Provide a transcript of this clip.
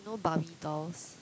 you know barbie dolls